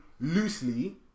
loosely